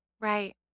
Right